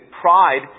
pride